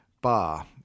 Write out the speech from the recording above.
bar